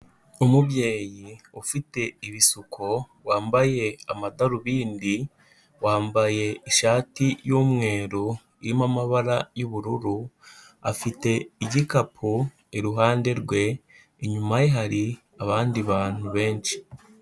Umubyeyi ufite ibisuko, wambaye amadarubindi, wambaye ishati y'umweru irimo amabara y'ubururu, afite igikapu iruhande rwe, inyuma ye hari abandi bantu benshi.